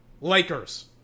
Lakers